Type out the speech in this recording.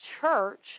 church